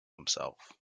himself